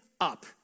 up